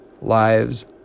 lives